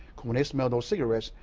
when they smelled those cigarettes,